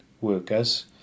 workers